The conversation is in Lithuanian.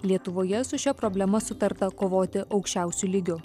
lietuvoje su šia problema sutarta kovoti aukščiausiu lygiu